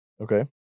Okay